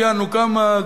ציינו כמה,